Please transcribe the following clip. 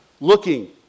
Looking